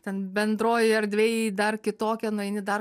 ten bendroj erdvėj dar kitokia nueini dar